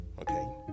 okay